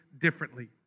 differently